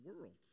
world